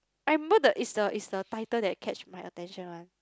I remember is the is the is the title that catch my attention one